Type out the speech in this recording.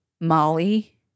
Molly